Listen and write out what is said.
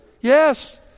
Yes